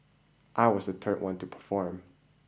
I was the third one to perform